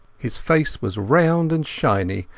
his face was round and shiny,